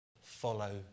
follow